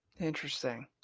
interesting